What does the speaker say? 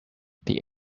the